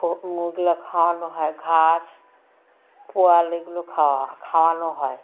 খাওয়ানো হয় ঘাস পয়াল এগুলো খাওয়া খাওয়ানো হয়